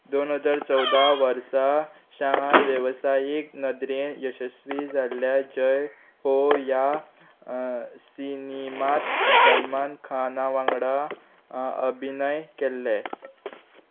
दोन हजार चवदा वर्सा शाहान वेवसायीक नदरेन यशस्वी जाल्ल्या जय हो ह्या सिनिमांत समान खाना वांगडा अ अभिनय केल्ले